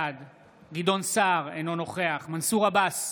בעד גדעון סער, אינו נוכח מנסור עבאס,